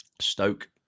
Stoke